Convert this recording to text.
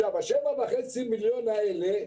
ה-7.5 מיליון האלה